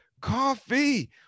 coffee